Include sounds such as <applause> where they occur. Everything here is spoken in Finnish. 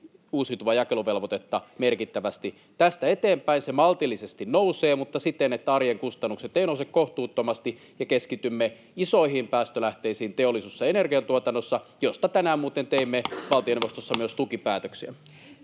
uusiutuvan jakeluvelvoitetta merkittävästi. Tästä eteenpäin se maltillisesti nousee mutta siten, että arjen kustannukset eivät nouse kohtuuttomasti, ja keskitymme isoihin päästölähteisiin teollisuus- ja energiantuotannossa, mistä tänään muuten teimme <noise> valtioneuvostossa myös tukipäätöksiä.